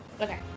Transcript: Okay